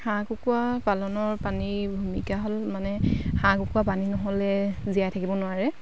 হাঁহ কুকৰা পালনৰ পানীৰ ভূমিকা হ'ল মানে হাঁহ কুকুৰা পানী নহ'লে জীয়াই থাকিব নোৱাৰে